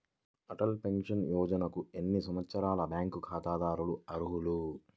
Atal pension యోజనకు ఎన్ని సంవత్సరాల బ్యాంక్ ఖాతాదారులు అర్హులు?